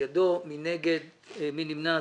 גלגלי לפי קבוצות הספק ונפח מנוע) נתקבל.